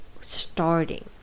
starting